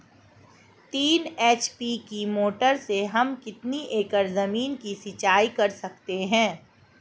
तीन एच.पी की मोटर से हम कितनी एकड़ ज़मीन की सिंचाई कर सकते हैं?